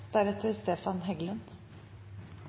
representanten Stefan Heggelund